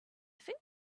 think